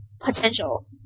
potential